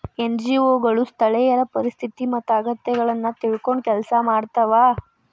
NGO ಗಳು ಸ್ಥಳೇಯರ ಪರಿಸ್ಥಿತಿ ಮತ್ತ ಅಗತ್ಯಗಳನ್ನ ತಿಳ್ಕೊಂಡ್ ಕೆಲ್ಸ ಮಾಡ್ತವಾ